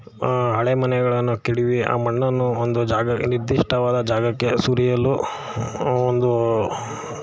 ಹಳೆ ಮನೆಗಳನ್ನು ಕೆಡವಿ ಆ ಮಣ್ಣನ್ನು ಒಂದು ಜಾಗ ನಿರ್ದಿಷ್ಟವಾದ ಜಾಗಕ್ಕೆ ಸುರಿಯಲು ಒಂದು